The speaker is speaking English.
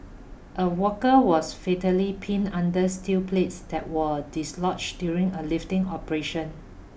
a worker was fatally pinned under steel plates that were dislodged during a lifting operation